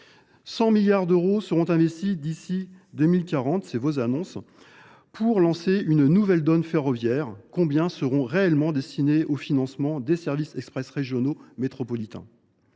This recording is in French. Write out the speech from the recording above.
100 milliards d’euros seront investis d’ici à 2040 pour lancer une « nouvelle donne ferroviaire », mais combien seront réellement destinés au financement de services express régionaux métropolitains ?